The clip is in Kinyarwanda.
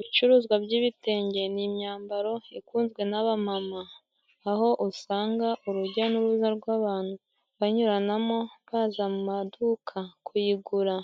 Ibicuruzwa by'ibitenge ni imyambaro ikunzwe n'abamama, aho usanga urujya n'uruza rw'abantu banyuranamo, baza mu maduka kuyigura